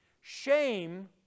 Shame